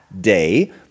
day